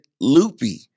loopy